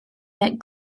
that